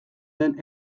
den